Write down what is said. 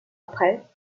après